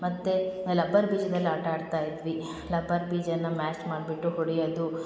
ಮತ್ತು ಆ ಲಬ್ಬರ್ ಬೀಜದಲ್ಲಿ ಆಟ ಆಡ್ತಾಯಿದ್ವಿ ಲಬ್ಬರ್ ಬೀಜನ ಮ್ಯಾಚ್ ಮಾಡಿಬಿಟ್ಟು ಹೊಡಿಯೊದು